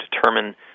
determine